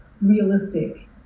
realistic